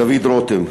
דוד רותם,